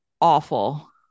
awful